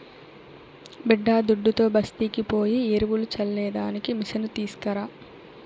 బిడ్డాదుడ్డుతో బస్తీకి పోయి ఎరువులు చల్లే దానికి మిసను తీస్కరా